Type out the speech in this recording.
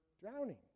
drowning